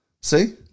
See